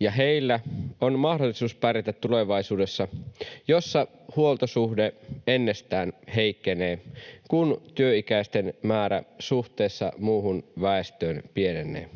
ja heillä on mahdollisuus pärjätä tulevaisuudessa, jossa huoltosuhde ennestään heikkenee, kun työikäisten määrä suhteessa muuhun väestöön pienenee.